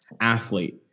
athlete